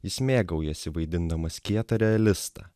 jis mėgaujasi vaidindamas kietą realistą